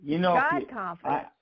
God-confidence